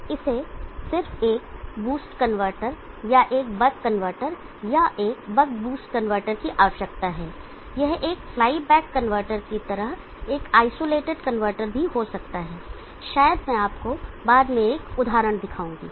इसे सिर्फ एक बूस्ट कनवर्टर या एक बक कनवर्टर या एक बक बूस्ट कनवर्टर की आवश्यकता है यह एक फ्लाई बैक कनवर्टर की तरह एक आइसोलेटेड कनवर्टर भी हो सकता है शायद मैं आपको बाद में एक उदाहरण दिखाऊंगा